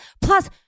plus